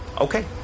Okay